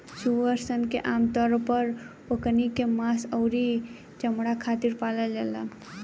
सूअर सन के आमतौर पर ओकनी के मांस अउरी चमणा खातिर पालल जाला